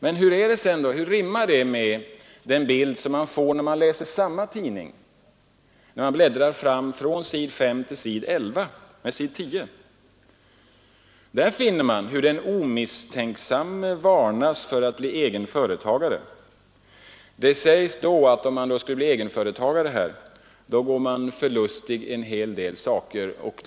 Men hur rimmar det med den bild man får när man bläddrar från s. 5 till s. 10 i samma tidning? Där finner man hur den omisstänksamme varnas för att bli egen företagare. Blir man egen företagare går man nämligen förlustig en hel del fördelar.